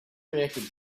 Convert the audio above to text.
reacted